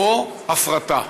או הפרטה?